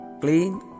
clean